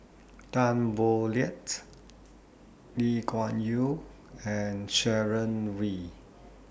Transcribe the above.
Tan Boo Liat Lee Kuan Yew and Sharon Wee